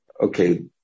Okay